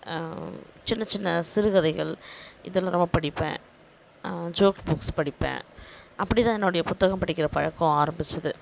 சின்ன சின்ன சிறுகதைகள் இதெல்லாம் ரொம்ப படிப்பேன் ஜோக் புக்ஸ் படிப்பேன் அப்படி தான் என்னோடய புத்தகம் படிக்கிற பழக்கம் ஆரம்பிச்சுது